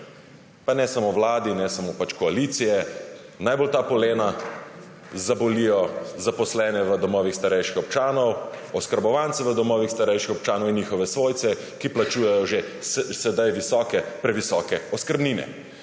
Pa ne samo vladi, ne samo koaliciji. Najbolj ta polena zabolijo zaposlene v domovih starejših občanov, oskrbovance v domovih starejših občanov in njihove svojce, ki plačujejo že sedaj visoke, previsoke oskrbnine,